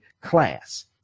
class